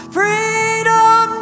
freedom